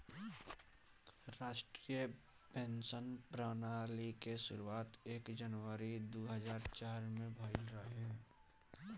राष्ट्रीय पेंशन प्रणाली के शुरुआत एक जनवरी दू हज़ार चार में भईल रहे